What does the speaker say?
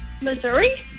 Missouri